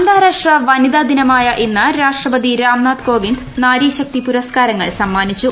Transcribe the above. അന്താരാഷ്ട്ര വനിതാ ദിനമായ ഇന്ന് രാഷ്ട്രപതി രാം നാഥ് കോവിന്ദ് നാരി ശക്തിപുരസ്ക്കാരങ്ങൾ സമ്മാനിച്ചു